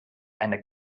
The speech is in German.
eine